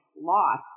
loss